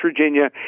Virginia